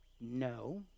No